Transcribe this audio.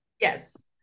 Yes